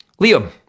Liam